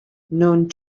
non